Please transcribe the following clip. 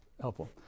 helpful